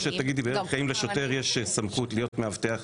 שתשאלי: "האם לשוטר יש סמכות להיות מאבטח